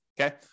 okay